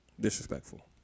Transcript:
disrespectful